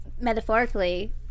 metaphorically